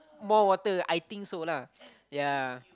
more water I think so lah ya